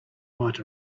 might